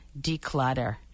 Declutter